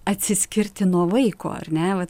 atsiskirti nuo vaiko ar ne va